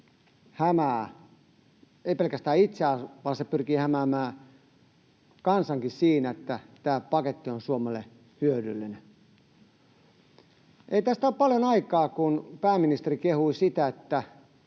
hämää pelkästään itseään, vaan se pyrkii hämäämään kansankin siinä, että tämä paketti on Suomelle hyödyllinen. Ei tästä ole paljon aikaa, kun pääministeri kehui sitä, että